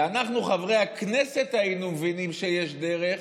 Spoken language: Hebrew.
ואנחנו, חברי הכנסת, היינו מבינים שיש דרך,